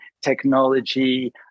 technology